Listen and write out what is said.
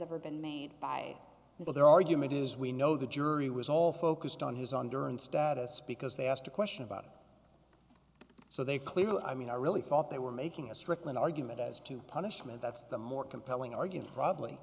ever been made by their argument is we know the jury was all focused on his own derned status because they asked a question about it so they clearly i mean i really thought they were making a strickland argument as to punishment that's the more compelling argument probably